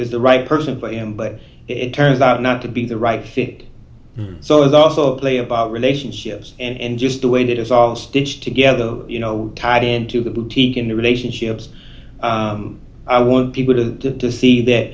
is the right person for him but it turns out not to be the right fit so it's also a play about relationships and just the way that it's all stitched together you know tied into the boutique in the relationships i want people to to see that